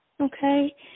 Okay